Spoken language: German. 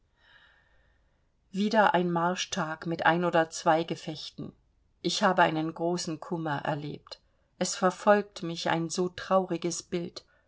wieder ein marschtag mit ein oder zwei gefechten ich habe einen großen kummer erlebt es verfolgt mich ein so trauriges bild